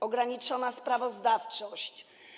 Ograniczona sprawozdawczość.